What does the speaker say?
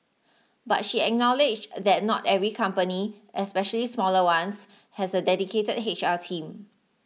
but she acknowledged that not every company especially smaller ones has a dedicated H R team